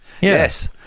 Yes